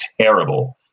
terrible